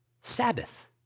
Sabbath